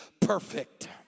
perfect